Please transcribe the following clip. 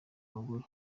abagore